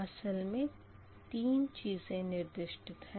असल मे तीन चीज़ें निर्दिष्टित है